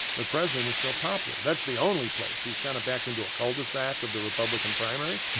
the president's still popular. that's the only place. he's kind of backed into a cul-de-sac of the republican primary.